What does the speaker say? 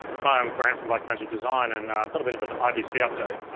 hi, i'm grant from blackmagic design and i've got a bit of an ibc update.